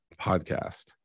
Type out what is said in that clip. podcast